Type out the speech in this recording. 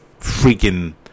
freaking